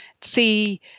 see